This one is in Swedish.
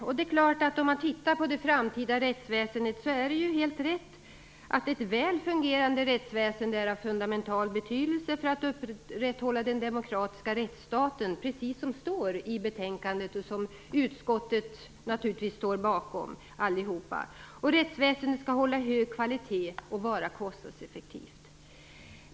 Om man tittar på det framtida rättsväsendet är det ju helt rätt att ett väl fungerande rättsväsende är av fundamental betydelse för att upprätthålla den demokratiska rättsstaten, precis som det står i betänkandet som alla i utskottet naturligtvis står bakom. Rättsväsendet skall hålla hög kvalitet och vara kostnadseffektivt.